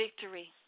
victory